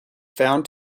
found